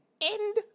end